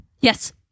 Yes